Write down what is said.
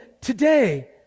today